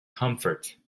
comfort